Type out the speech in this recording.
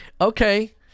okay